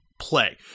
play